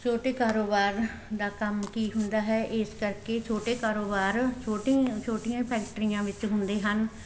ਛੋਟੇ ਕਾਰੋਬਾਰ ਦਾ ਕੰਮ ਕੀ ਹੁੰਦਾ ਹੈ ਇਸ ਕਰਕੇ ਛੋਟੇ ਕਾਰੋਬਾਰ ਛੋਟੇ ਛੋਟੀਆਂ ਫੈਕਟਰੀਆਂ ਵਿੱਚ ਹੁੰਦੇ ਹਨ